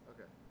Okay